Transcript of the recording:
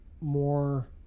more